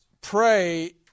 pray